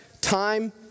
Time